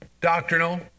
doctrinal